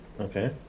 okay